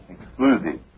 Exclusive